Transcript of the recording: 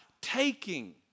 taking